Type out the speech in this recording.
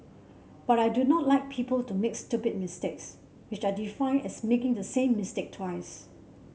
but I do not like people to make stupid mistakes which I define as making the same mistake twice